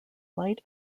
light